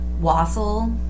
Wassel